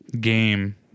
game